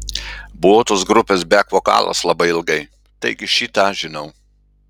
buvau tos grupės bek vokalas labai ilgai taigi šį tą žinau